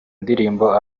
ndirimbo